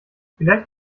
vielleicht